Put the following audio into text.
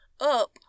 up